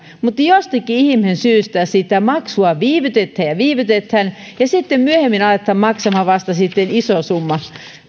mutta jostakin ihmeen syystä maksua viivytetään ja viivytetään ja sitten vasta myöhemmin aletaan maksamaan iso summa